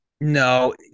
No